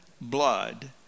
blood